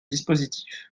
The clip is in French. dispositif